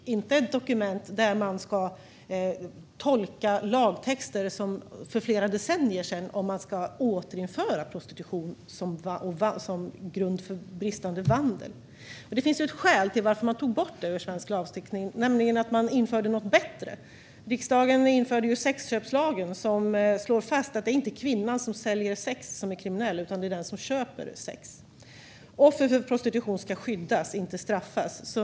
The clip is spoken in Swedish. Det är inte ett dokument där man ska tolka lagtexter från flera decennier sedan om man ska återinföra prostitution som grund för bristande vandel. Det finns ett skäl till att man tog bort det i svensk lagstiftning, nämligen att man införde någonting bättre. Riksdagen införde sexköpslagen som slår fast att det inte är kvinnan som säljer sex som är kriminell utan den som köper sex. Offer för prostitution ska skyddas och inte straffas.